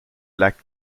lac